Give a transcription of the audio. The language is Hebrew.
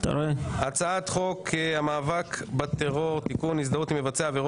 אגב, זה טיפ שקיבלתי מידידי רון